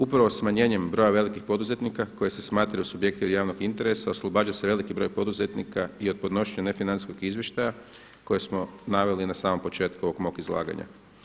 Upravo smanjenjem broja velikih poduzetnika koji se smatraju subjekti od javnog interesa oslobađa se veliki broj poduzetnika i od podnošenja nefinancijskog izvještaja koje smo naveli na samom početku ovog mog izlaganja.